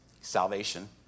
Salvation